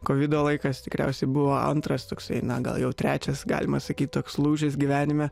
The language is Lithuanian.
kovido laikas tikriausiai buvo antras toksai na gal jau trečias galima sakyt toks lūžis gyvenime